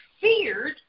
feared